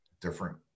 different